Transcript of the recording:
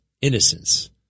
innocence